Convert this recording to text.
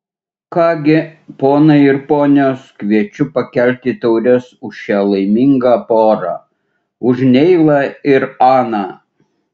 ką gi ponai ir ponios kviečiu pakelti taures už šią laimingą porą už neilą ir aną